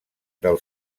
del